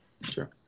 Sure